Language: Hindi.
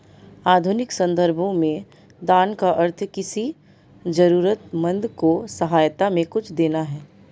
आधुनिक सन्दर्भों में दान का अर्थ किसी जरूरतमन्द को सहायता में कुछ देना है